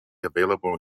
available